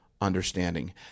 understanding